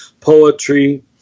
poetry